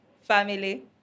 family